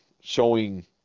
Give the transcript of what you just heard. showing